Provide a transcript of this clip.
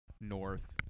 North